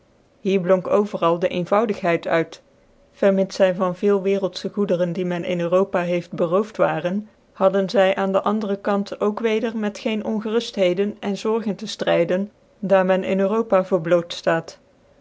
hier blonk overal dc eenvoudigheid uit vermits zy van veel wcrcldfc goederen die men in europa heeft berooft waren hadden zy aan dc andere kant ook weder met geen ongcruftheden en zorgen te arydcn daar men in europa voor